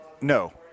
No